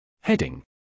Heading